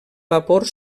vapor